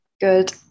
Good